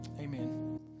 Amen